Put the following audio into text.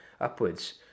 Upwards